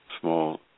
small